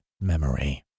memory